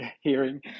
hearing